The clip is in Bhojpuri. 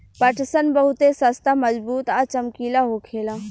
पटसन बहुते सस्ता मजबूत आ चमकीला होखेला